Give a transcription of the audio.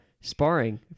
sparring